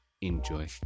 enjoy